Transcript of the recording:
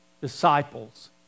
disciples